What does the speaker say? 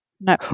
No